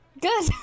Good